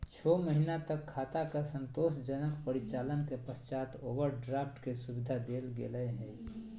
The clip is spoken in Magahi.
छो महीना तक खाता के संतोषजनक परिचालन के पश्चात ओवरड्राफ्ट के सुविधा देल गेलय हइ